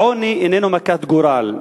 העוני איננו מכת גורל.